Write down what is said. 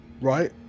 right